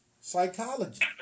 psychology